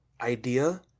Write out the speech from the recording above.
idea